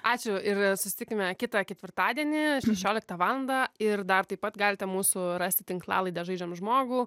ačiū ir susitikime kitą ketvirtadienį šešioliktą valandą ir dar taip pat galite mūsų rasti tinklalaidę žaidžiam žmogų